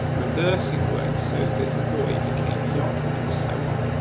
reversing words so that boy became yob and so on.